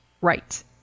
Right